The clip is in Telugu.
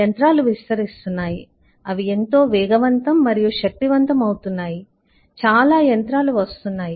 యంత్రాలు విస్తరిస్తున్నాయి అవి ఎంతో వేగవంతం మరియు శక్తివంతం అవుతున్నాయి చాలా యంత్రాలు వస్తున్నాయి